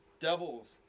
devils